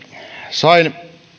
sain